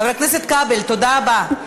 חבר הכנסת כבל, תודה רבה.